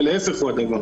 וההיפך הוא הדבר.